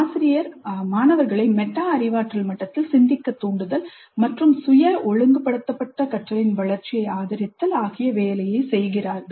ஆசிரியர் அவர்களை மெட்டா அறிவாற்றல் மட்டத்தில் சிந்திக்கத் தூண்டுதல் மற்றும் சுய ஒழுங்குபடுத்தப்பட்ட கற்றலின் வளர்ச்சியை ஆதரித்தல் ஆகிய வேலைகளை செய்கிறார்கள்